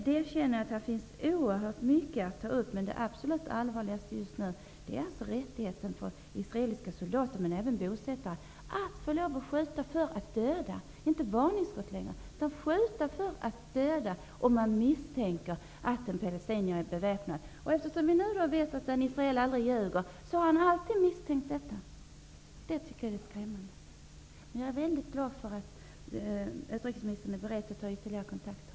Det finns oerhört mycket att ta upp, men det absolut allvarligaste just nu är rättigheten för israeliska soldater -- men även för bosatta -- att skjuta för att döda. Det handlar inte längre om varningsskott. De skjuter för att döda om de misstänker att en palestinier är beväpnad. Eftersom vi nu vet att en israel aldrig ljuger, misstänker han alltid. Det tycker jag är skrämmande. Men jag är mycket glad för att utrikesministern är beredd att ta ytterligare kontakter.